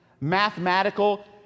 mathematical